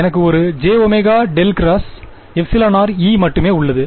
எனக்கு ஒரு jω∇ × εrE உள்ளது